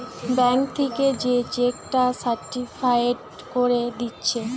bank থিকে যে cheque টা সার্টিফায়েড কোরে দিচ্ছে